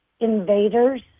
invaders